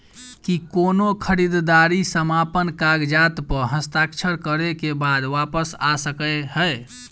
की कोनो खरीददारी समापन कागजात प हस्ताक्षर करे केँ बाद वापस आ सकै है?